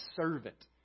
servant